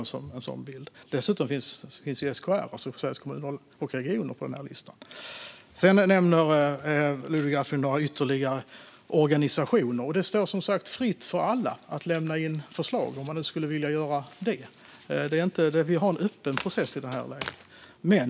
Dessutom finns SKR, Sveriges Kommuner och Regioner, på listan. Ludvig Aspling nämnde några ytterligare organisationer. Det står som sagt alla fritt att lämna in förslag, om man skulle vilja göra det. Vi har en öppen process här.